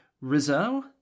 Rizzo